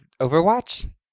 Overwatch